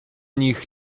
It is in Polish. nich